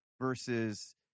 versus